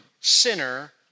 sinner